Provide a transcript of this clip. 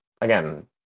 again